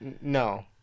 No